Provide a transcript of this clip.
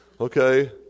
okay